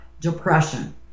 depression